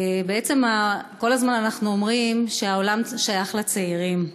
בעצם, כל הזמן אנחנו אומרים שהעולם שייך לצעירים,